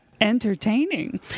Entertaining